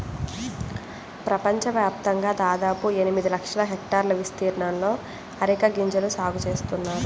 ప్రపంచవ్యాప్తంగా దాదాపు ఎనిమిది లక్షల హెక్టార్ల విస్తీర్ణంలో అరెక గింజల సాగు చేస్తున్నారు